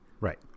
Right